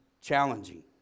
challenging